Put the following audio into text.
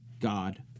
God